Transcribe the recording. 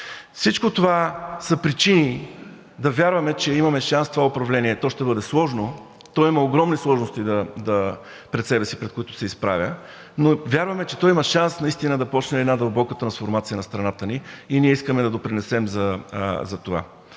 Всичко това са причини да вярваме, че имаме шанс с това управление. То ще бъде сложно, то има огромни сложности пред себе си, пред които се изправя, но вярваме, че то има шанс наистина да започне една дълбока трансформация на страната ни и ние искаме да допринесем за това.